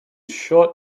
short